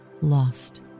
lost